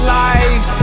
life